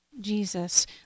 jesus